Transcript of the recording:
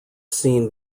scene